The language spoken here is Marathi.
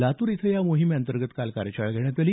लातूर इथंही या महिमेअंतर्गत काल कार्यशाळा घेण्यात आली